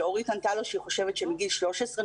ואורית ענתה לו שהיא חושבת שמגיל 13,